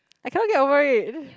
I cannot get over it